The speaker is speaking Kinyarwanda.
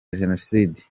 jenoside